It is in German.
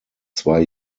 zwei